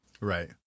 Right